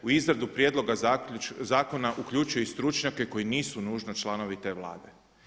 U izradu prijedloga zakona uključuje i stručnjake koji nisu nužno članovi te Vlade.